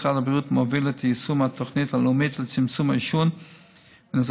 משרד הבריאות מוביל את יישום התוכנית הלאומית לצמצום העישון ונזקיו,